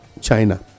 China